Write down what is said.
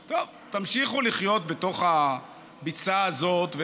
טוב, תמשיכו לחיות בתוך הביצה הזאת.